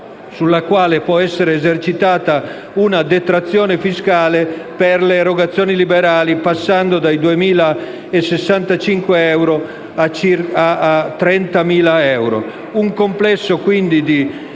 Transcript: sulla quale può essere esercitata una detrazione fiscale per le erogazioni liberali, passando da 2.065 euro a 30.000 euro. Si tratta quindi di